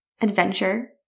adventure